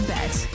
Bet